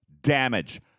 damage